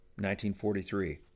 1943